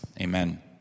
Amen